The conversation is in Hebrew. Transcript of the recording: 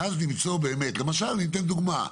אני אתן דוגמה.